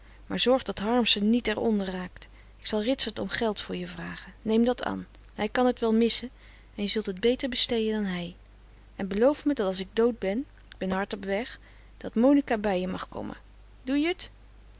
maar zorg dat harmsen niet er onder raakt ik zal ritsert om geld voor je vrage neem dat an hij kan t wel missen en je zult het beter besteeën dan hij en beloof me dat as ik dood ben k ben hard op weg dat monica bij je mag komme doe je t